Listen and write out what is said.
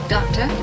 Doctor